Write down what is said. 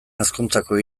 hezkuntzako